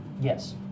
Yes